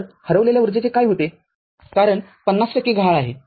तर हरवलेल्या ऊर्जेचे काय होते कारण ५० टक्के गहाळ आहे